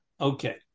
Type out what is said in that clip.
okay